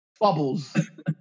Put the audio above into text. bubbles